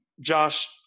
Josh